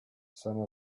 some